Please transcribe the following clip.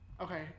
Okay